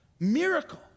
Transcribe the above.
Miracle